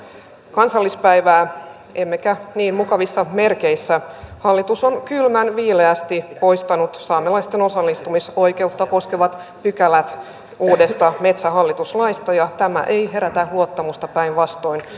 kansallispäivää emmekä niin mukavissa merkeissä hallitus on kylmänviileästi poistanut saamelaisten osallistumisoikeutta koskevat pykälät uudesta metsähallitus laista ja tämä ei herätä luottamusta päinvastoin